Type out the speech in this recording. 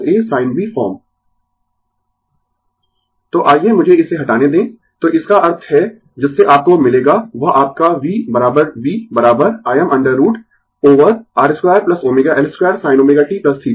Refer Slide Time 0346 तो आइये मुझे इसे हटाने दें तो इसका अर्थ है जिससे आपको मिलेगा वह आपका v v Im √ over R 2ω L 2 sin ω t θ